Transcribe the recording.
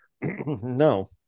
No